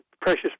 precious